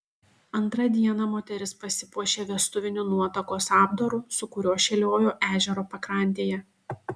antrą dieną moteris pasipuošė vestuviniu nuotakos apdaru su kuriuo šėliojo ežero pakrantėje